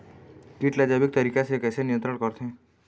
कीट ला जैविक तरीका से कैसे नियंत्रण करथे?